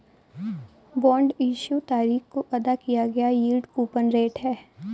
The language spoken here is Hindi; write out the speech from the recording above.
बॉन्ड इश्यू तारीख को अदा किया गया यील्ड कूपन रेट है